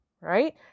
right